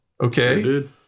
okay